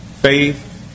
faith